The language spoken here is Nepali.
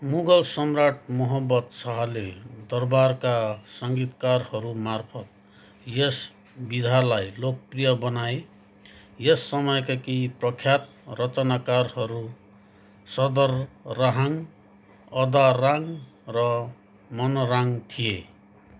मुगल सम्राट मोहम्मद शाहले दरबारका सङ्गीतकारहरूमार्फत यस विधालाई लोकप्रिय बनाए यस समयका केही प्रख्यात रचनाकारहरू सदरराङ अदाराङ र मनराङ थिए